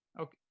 okay